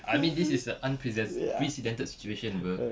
I mean this is a unprecess~ precedented situation [pe]